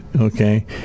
okay